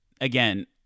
again